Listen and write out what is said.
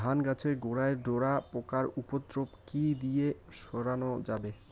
ধান গাছের গোড়ায় ডোরা পোকার উপদ্রব কি দিয়ে সারানো যাবে?